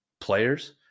players